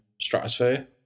stratosphere